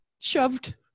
shoved